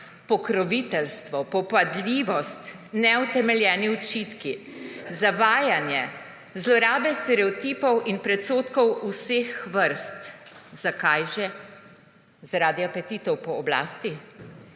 pokroviteljstvo, popadljivost, neutemeljeni očitki, zavajanje, zlorabe stereotipov in predsodkov vseh vrst. Zakaj že? Zaradi apetitov po oblasti?